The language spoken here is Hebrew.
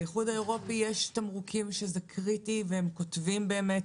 באיחוד האירופי יש תמרוקים שזה קריטי והם כותבים באמת